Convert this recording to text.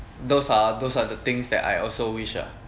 those are those are the things that I also wish ah